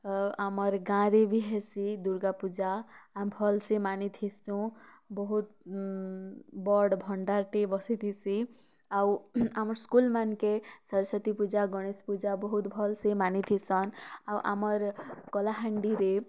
ତ ଆମର୍ ଗାଁରେ ବି ହେସି ଦୁର୍ଗାପୂଜା ଆମ୍ ଭଲ୍ସେ ମାନିଥିସୁଁ ବହୁତ୍ ଉଁ ବଡ଼ ଭଣ୍ଡାର୍ଟେ ବସିଥିସି ଆଉ ଆମର୍ ସ୍କୁଲ୍ମାନ୍କେ ସରସ୍ୱତୀ ପୂଜା ଗଣେଶ ପୂଜା ବହୁତ୍ ଭଲ୍ସେ ମାନିଥିସନ୍ ଆଉ ଆମର୍ କଳାହାଣ୍ଡିରେ